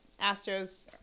Astros